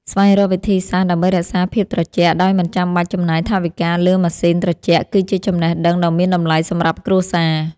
ស្វែងរកវិធីសាស្ត្រដើម្បីរក្សាភាពត្រជាក់ដោយមិនចាំបាច់ចំណាយថវិកាលើម៉ាស៊ីនត្រជាក់គឺជាចំណេះដឹងដ៏មានតម្លៃសម្រាប់គ្រួសារ។